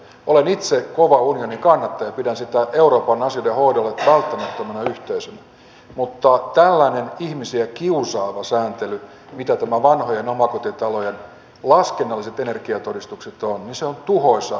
olen itse kova unionin kannattaja ja pidän sitä euroopan asioiden hoidolle välttämättömänä yhteisönä mutta tällainen ihmisiä kiusaava sääntely mitä nämä vanhojen omakotitalojen laskennalliset energiatodistukset ovat on tuhoisaa euroopan unionille